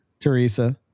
Teresa